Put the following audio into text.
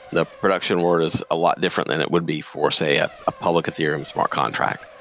the production word is a lot different than it would be for say ah a public ethereum smart contract.